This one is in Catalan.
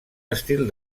estil